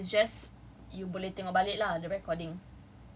so record is just you boleh tengok balik lah the recording